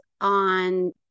on